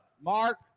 Mark